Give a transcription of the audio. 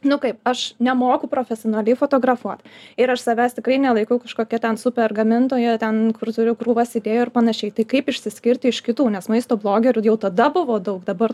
nu kaip aš nemoku profesionaliai fotografuot ir aš savęs tikrai nelaikau kažkokia ten super gamintoja ten kur turiu krūvas idėjų ir panašiai tai kaip išsiskirti iš kitų nes maisto blogerių jau tada buvo daug dabar